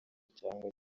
cyangwa